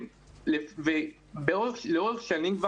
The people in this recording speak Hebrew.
לאורך שנים,